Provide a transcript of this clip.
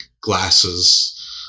glasses